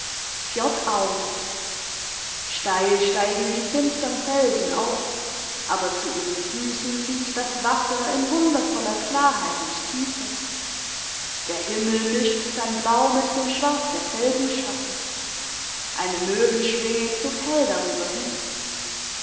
fjordaugen steil steigen die finstern felsen auf aber zu ihren füssen liegt das wasser in wundervoller klarheit und tiefe der himmel mischt sein blau mit dem schwarz der felsenschatten eine möwenschwinge zuckt hell darüber hin